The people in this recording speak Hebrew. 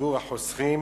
וציבור החוסכים.